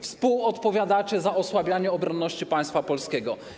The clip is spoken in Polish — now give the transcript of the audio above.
Współodpowiadacie za osłabianie obronności państwa polskiego.